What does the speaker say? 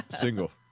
single